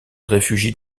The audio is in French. réfugient